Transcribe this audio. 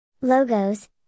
Logos